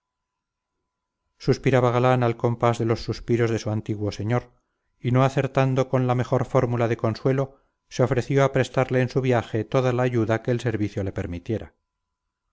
suspiraba galán al compás de los suspiros de su antiguo señor y no acertando con la mejor fórmula de consuelo se ofreció a prestarle en su viaje toda la ayuda que el servicio le permitiera